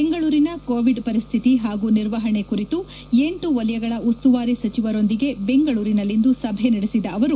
ಬೆಂಗಳೂರಿನ ಕೋವಿಡ್ ಪರಿಸ್ತಿತಿ ಹಾಗೂ ನಿರ್ವಹಣೆ ಕುರಿತು ಎಂಟು ವಲಯಗಳ ಉಸ್ತುವಾರಿ ಸಚಿವರೊಂದಿಗೆ ಬೆಂಗಳೂರಿನಲ್ಲಿಂದು ಸಭೆ ನಡೆಸಿದ ಅವರು